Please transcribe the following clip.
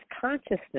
consciousness